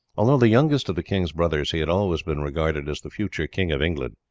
although the youngest of the king's brothers, he had always been regarded as the future king of england,